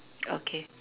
okay